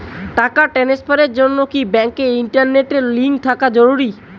টাকা ট্রানস্ফারস এর জন্য কি ব্যাংকে ইন্টারনেট লিংঙ্ক থাকা জরুরি?